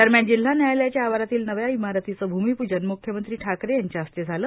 दरम्यान जिल्हा न्यायालयाच्या आवारातील नव्या इमारतीचे भूमिपूजन म्ख्यमंत्री ठाकरे यांच्या हस्ते झाले